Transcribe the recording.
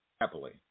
happily